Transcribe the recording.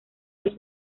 los